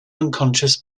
unconscious